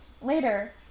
later